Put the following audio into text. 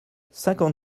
cinquante